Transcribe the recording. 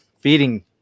feeding